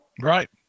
right